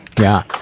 yeah.